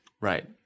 Right